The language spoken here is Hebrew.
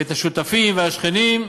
ואת השותפים והשכנים,